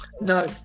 No